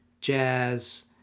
jazz